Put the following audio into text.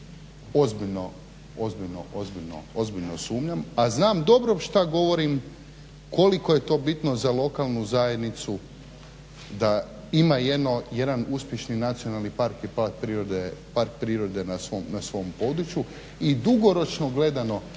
ozbiljno sumnjam a znam dobro šta govorim koliko je to bitno za lokalnu zajednicu da ima jedan uspješni nacionalni park i park prirode na svom području. I dugoročno gledano